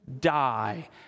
die